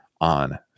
on